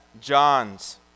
John's